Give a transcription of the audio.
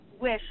wish